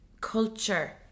culture